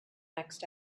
next